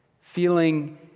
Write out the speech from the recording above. feeling